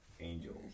angels